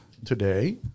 Today